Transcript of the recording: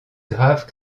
grave